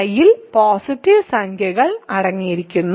I ഇൽ positive സംഖ്യകൾ അടങ്ങിയിരിക്കുന്നു